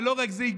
ולא רק זה,